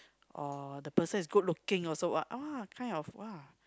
or the person is good looking also !wah! kind of !wah!